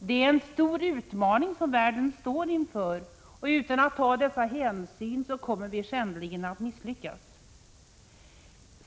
Det är en stor utmaning som världen står inför, och utan att ta dessa hänsyn kommer vi skändligen att misslyckas.